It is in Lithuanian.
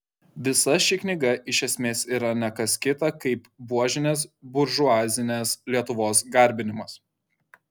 visa ši knyga iš esmės yra ne kas kita kaip buožinės buržuazinės lietuvos garbinimas